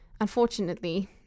unfortunately